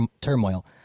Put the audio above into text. turmoil